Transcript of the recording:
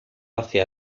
hacia